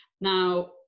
now